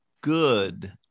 good